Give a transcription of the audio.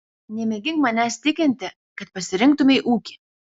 nemėgink manęs tikinti kad pasirinktumei ūkį